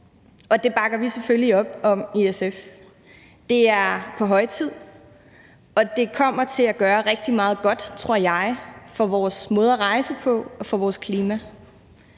og det bakker vi selvfølgelig op om i SF. Det er på høje tid, og det kommer til at gøre rigtig meget godt, tror jeg, for vores måde at rejse på og for vores klima.